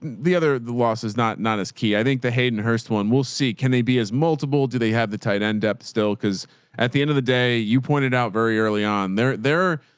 the other, the loss is not, not as key. i think the hayden hearst one we'll see, can they be as multiple? do they have the tight end depth still? cause at the end of the day, you pointed out very early on their, their,